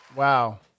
Wow